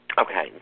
Okay